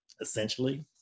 essentially